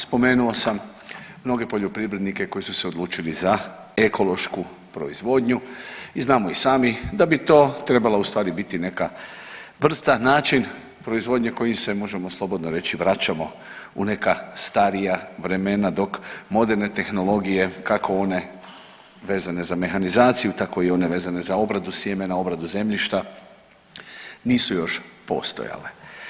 Spomenuo sam mnoge poljoprivrednike koji su se odlučili za ekološku proizvodnju i znamo i sami da bi to trebala ustvari biti neka vrsta način proizvodnje kojim se možemo slobodno reći vraćamo u neka starija vremena dok moderne tehnologije kako one vezane za mehanizaciju tako i one vezane za obradu sjemena, obradu zemljišta nisu još postojale.